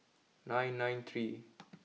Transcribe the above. nine nine three